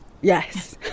Yes